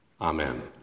Amen